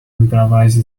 improvise